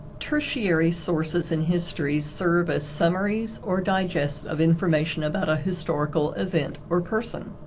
tertiary sources in history serve as summaries or digests of information about a historical event or person.